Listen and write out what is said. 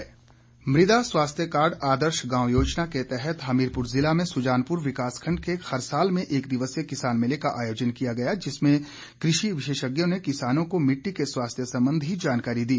किसान मेला मृदा स्वास्थ्य कार्ड आदर्श गांव योजना के तहत हमीरपुर ज़िला में सुजानपुर विकास खंड के खरसाल में एक दिवसीय किसान मेले का आयोजन किया गया जिसमें कृषि विशेषज्ञों ने किसानों को मिट्टी के स्वास्थ्य संबंधी जानकारी दी